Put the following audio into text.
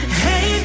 hey